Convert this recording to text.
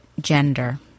gender